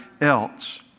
else